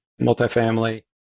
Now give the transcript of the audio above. multifamily